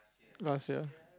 ya sia